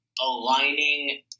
aligning